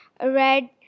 Red